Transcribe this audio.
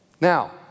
Now